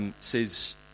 Says